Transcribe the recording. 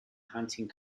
hunting